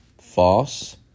False